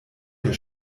der